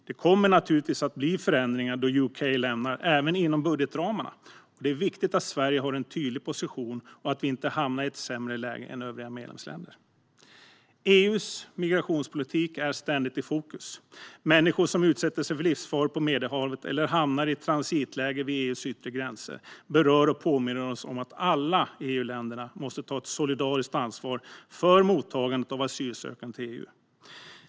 Det kommer naturligtvis att bli förändringar när UK lämnar, även inom budgetramarna. Det är viktigt att Sverige har en tydlig position och att vi inte hamnar i ett sämre läge än övriga medlemsländer. EU:s migrationspolitik är ständigt i fokus. Människor som utsätter sig för livsfara på Medelhavet eller hamnar i transitläger vid EU:s yttre gränser berör och påminner oss om att alla EU-länder måste ta ett solidariskt ansvar för mottagandet av asylsökande till EU.